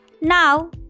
Now